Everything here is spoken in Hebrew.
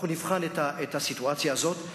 נבחן את הסיטואציה הזאת.